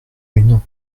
une